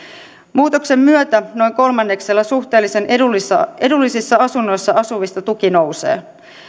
muutoksen myötä noin kolmanneksella suhteellisen edullisissa edullisissa asunnoissa asuvista tuki nousee